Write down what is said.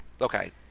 Okay